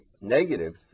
negative